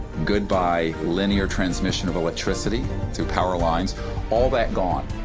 goodbye linear transmission of electricity through power lines all that gone.